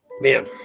man